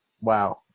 wow